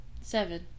Seven